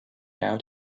out